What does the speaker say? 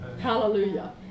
Hallelujah